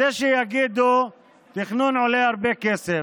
אז יש שיגידו שתכנון עולה הרבה כסף.